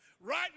Right